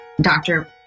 doctor